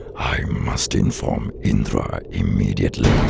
i must inform indra immediately.